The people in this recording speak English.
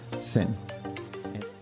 sin